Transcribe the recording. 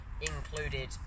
included